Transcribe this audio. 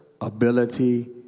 ability